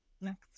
next